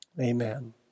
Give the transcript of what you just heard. Amen